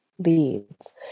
leads